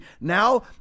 now